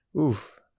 oof